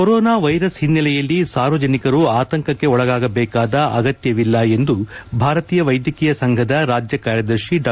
corona virus ಹಿನ್ನೆಲೆಯಲ್ಲಿ ಸಾರ್ವಜನಿಕರು ಆತಂಕಗೊಳಬೇಕಾದ ಅಗತ್ತವಿಲ್ಲ ಎಂದು ಭಾರತೀಯ ವೈದ್ಯಕೀಯ ಸಂಘದ ರಾಜ್ಯ ಕಾರ್ಯದರ್ಶಿ ಡಾ